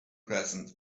present